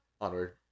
Onward